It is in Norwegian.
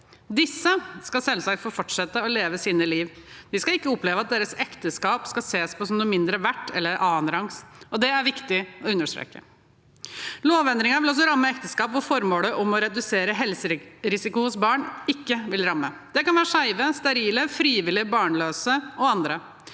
Disse skal selvsagt få fortsette å leve sitt liv. De skal ikke oppleve at deres ekteskap skal ses på som noe mindre verdt eller annenrangs, og det er viktig å understreke. Lovendringen vil også ramme ekteskap der formålet om å redusere helserisiko hos barn ikke vil slå inn. Det kan gjelde skeive, sterile, frivillig barnløse og andre.